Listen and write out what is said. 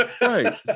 Right